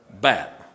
bat